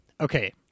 Okay